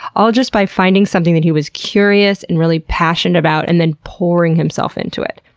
all just by finding something that he was curious and really passionate about and then pouring himself into it.